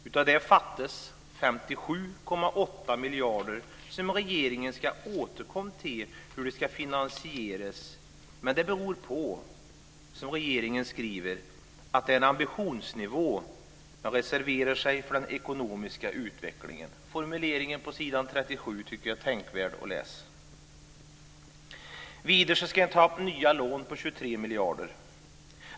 Därav fattas 57,8 miljarder, och regeringen ska återkomma till hur det ska finansieras. Men det beror på, som regeringen skriver, att det är en ambitionsnivå. Man reserverar sig för den ekonomiska utvecklingen. Jag tycker att formuleringen på s. 37 är tänkvärd. Vidare ska jag ta upp de nya lånen på 23 miljarder.